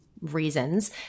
reasons